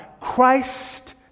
Christ